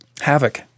Havoc